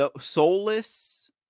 soulless